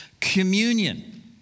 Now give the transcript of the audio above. Communion